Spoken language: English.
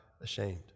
ashamed